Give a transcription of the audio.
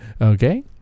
okay